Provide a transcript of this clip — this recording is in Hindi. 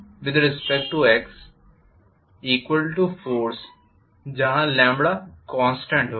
Wfxforce जहाँ कॉन्स्टेंट होगा